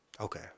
Okay